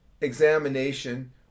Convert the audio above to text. examination